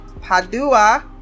padua